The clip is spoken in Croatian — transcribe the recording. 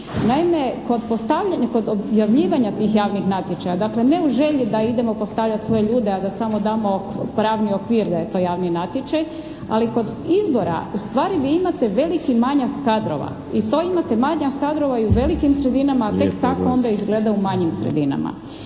Naime, kod postavljanja, kod objavljivanja tih javnih natječaja, dakle ne u želji da idemo postavljati svoje ljude, a da samo damo pravni okvir da je to javni natječaj, ali kod izbora ustvari vi imate veliki manjak kadrova. I to imate manjak kadrova i u velikim sredinama, a tek kako onda izgleda u manjim sredinama.